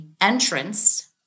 entrance